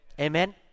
Amen